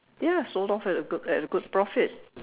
ya sold off at a good at a good profit